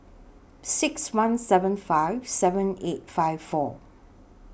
six one seven five seven eight five four